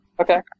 Okay